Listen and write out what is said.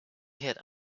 had